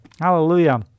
Hallelujah